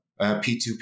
P2P